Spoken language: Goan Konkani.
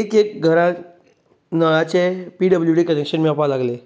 एक एक घरांत नळाचें पिडबल्यूडी कनेक्शन मेळपाक लागलें